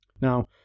Now